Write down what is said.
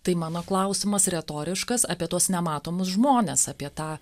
tai mano klausimas retoriškas apie tuos nematomus žmones apie tą